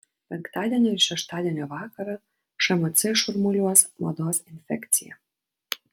penktadienio ir šeštadienio vakarą šmc šurmuliuos mados infekcija